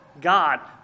God